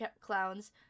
clowns